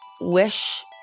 wish